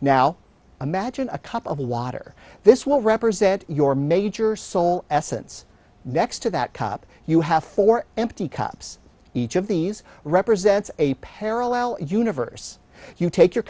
now imagine a cup of water this will represent your major soul essence next to that cup you have for empty cups each of these represents a parallel universe you take your